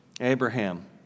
Abraham